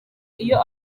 iyo